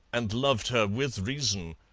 and loved her, with reason,